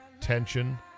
Tension